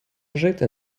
жити